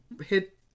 hit